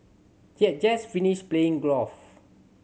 he had just finished playing golf